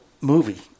movie